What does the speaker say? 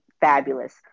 fabulous